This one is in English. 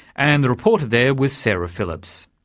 and the reporter there was sara phillips.